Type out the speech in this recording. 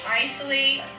isolate